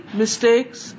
mistakes